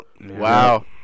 Wow